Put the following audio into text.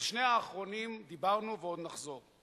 על שתי האחרונות דיברנו ועוד נחזור.